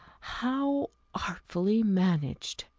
how artfully managed!